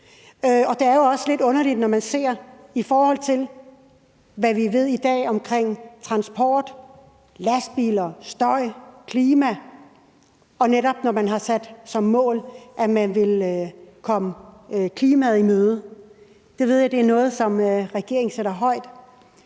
Det er jo også lidt underligt, hvis vi ser på det i forhold til, hvad vi ved i dag omkring transport, lastbiler, støj og klima, og når man netop har sat som mål, at man vil komme klimaet i møde; det ved jeg er noget, som regeringen sætter højt.